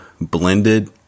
blended